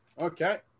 Okay